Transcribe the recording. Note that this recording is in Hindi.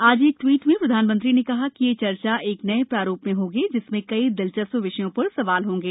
आज एक ट्वीट में प्रधानमंत्री ने कहा कि यह चर्चा एक नए प्रारू में होगी जिसमें कई दिलचस् विषयों र सवाल होंगे